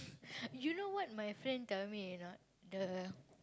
you know what my friend tell me or not the